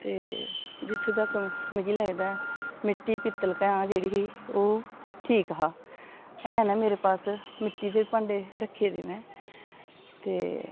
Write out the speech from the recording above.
ते जित्थूं तक मिगी लगदा ऐ मिट्टी पित्तल कैंह् जेह्ड़ी ही ओह् ठीक हा ऐ न मेरे पास मिट्टी दे भांडे रक्खे दे में ते